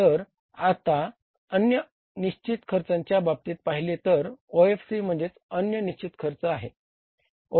तर आता अन्य निश्चित खर्चाच्या बाबतीत पाहिले तर OFC म्हणजे अन्य निश्चित खर्च आहे